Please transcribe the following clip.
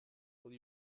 will